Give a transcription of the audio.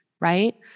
right